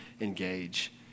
engage